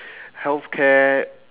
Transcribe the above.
healthcare